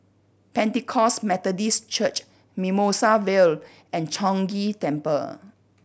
Pentecost Methodist Church Mimosa Vale and Chong Ghee Temple